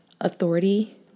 authority